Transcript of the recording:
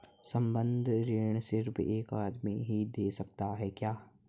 संबंद्ध ऋण सिर्फ एक आदमी ही दे सकता है क्या?